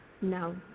No